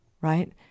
right